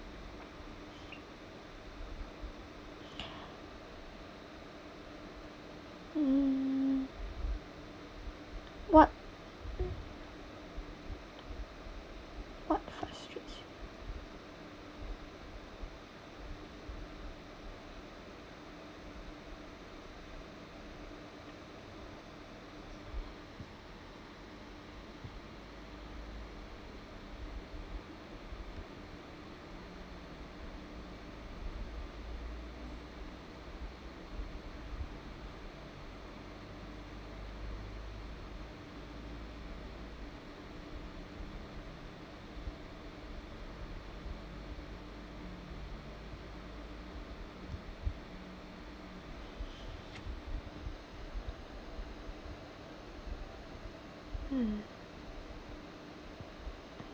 mm what what frustrates you hmm